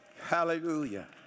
Hallelujah